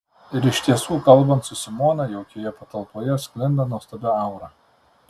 ir iš tiesų kalbant su simona jaukioje patalpoje sklinda nuostabi aura